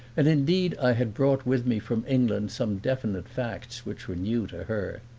and indeed i had brought with me from england some definite facts which were new to her.